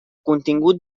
contingut